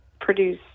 produce